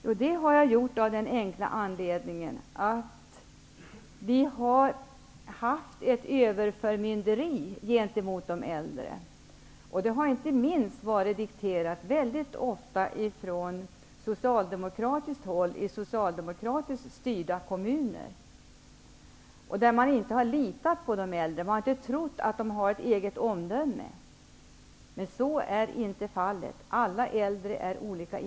Jo, jag har gjort det av den enkla anledningen att det har varit ett överförmynderi gentemot de äldre. Det har inte minst varit dikterat från socialdemokratiskt håll, från sociademokratiskt styrda kommuner. Man har inte litat på de äldre, och man har inte trott att de har tillräckligt gott omdöme. Men så är inte fallet. Alla äldre är olika.